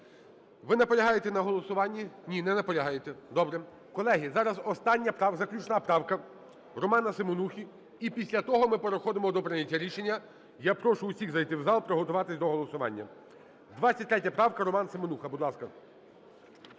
Ви наполягаєте на голосуванні? Ні, не наполягаєте, добре. Колеги, зараз остання, заключна правка Романа Семенухи, і після того ми переходимо до прийняття рішення. Я прошу всіх зайти в зал, приготуватись до голосування. 23 правка, Роман Семенуха, будь ласка.